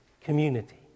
community